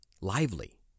lively